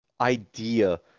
idea